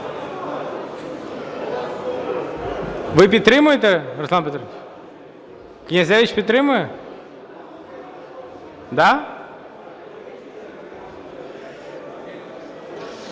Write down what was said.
Ви підтримуєте, Руслан Петрович? Князевич підтримує? Я